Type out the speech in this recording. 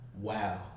Wow